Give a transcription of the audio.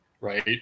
right